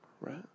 Right